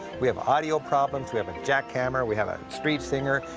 we have audio problems. we have a jackhammer. we have a street singer.